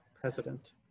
president